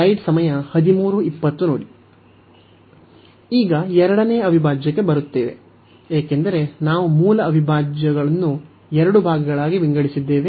ಈಗ ಎರಡನೆಯ ಅವಿಭಾಜ್ಯಕ್ಕೆ ಬರುತ್ತೇವೆ ಏಕೆಂದರೆ ನಾವು ಮೂಲ ಅವಿಭಾಜ್ಯವನ್ನು ಎರಡು ಭಾಗಗಳಾಗಿ ವಿಂಗಡಿಸಿದ್ದೇವೆ